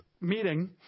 meeting